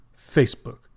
Facebook